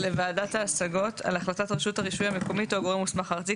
לוועדת ההשגות על החלטת רשות הרישוי המקומית או הגורם המוסמך הארצי,